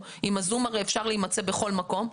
עם ה-זום הרי אפשר להימצא בכל מקום.